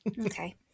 Okay